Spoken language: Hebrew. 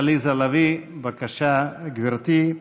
חברת הכנסת עליזה לביא, בבקשה, גברתי,